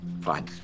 fine